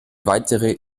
weitere